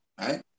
right